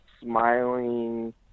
smiling